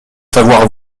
savoir